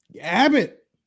Abbott